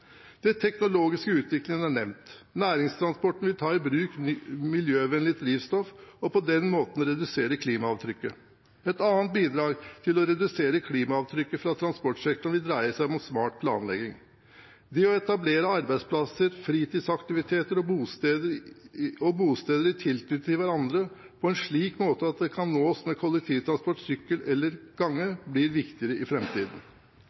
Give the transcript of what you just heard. Den teknologiske utviklingen er nevnt. Næringstransporten vil ta i bruk miljøvennlig drivstoff og på den måten redusere klimaavtrykket. Et annet bidrag til å redusere klimaavtrykket fra transportsektoren vil dreie seg om smart planlegging. Det å etablere arbeidsplasser, fritidsaktiviteter og bosteder i tilknytning til hverandre på en slik måte at de kan nås med kollektivtransport, sykkel eller gange, blir viktigere i